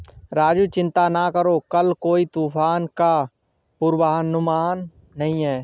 राजू चिंता ना करो कल कोई तूफान का पूर्वानुमान नहीं है